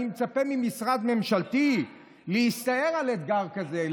אני מצפה ממשרד ממשלתי להסתער על אתגר כזה,